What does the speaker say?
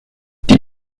die